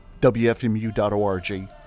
WFMU.org